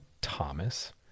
Thomas